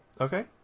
Okay